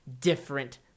different